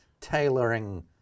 tailoring